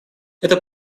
это